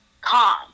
calm